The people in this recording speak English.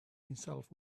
himself